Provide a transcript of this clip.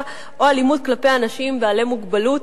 או אלימות כלפי אנשים בעלי מוגבלות